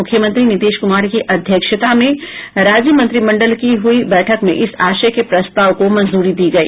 मुख्यमंत्री नीतीश कुमार की अध्यक्षता में राज्य मंत्रिमंडल की हुई बैठक में इस आशय के प्रस्ताव को मंजूरी दी गई